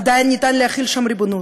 עדיין אפשר להחיל עליהן ריבונות.